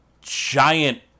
giant